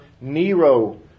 Nero